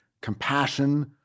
compassion